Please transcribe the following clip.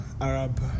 Arab